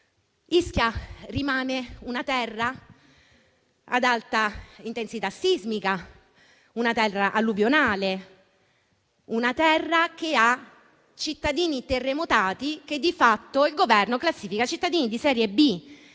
Ischia rimane una terra ad alta intensità sismica, una terra alluvionale, che ha cittadini terremotati che di fatto il Governo classifica come cittadini di serie B.